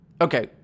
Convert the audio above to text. Okay